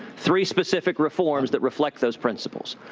three specific reforms that reflect those principles.